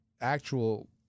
actual